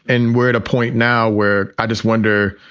and we're at a point now where i just wonder,